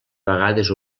vegades